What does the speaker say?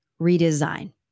redesign